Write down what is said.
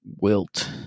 Wilt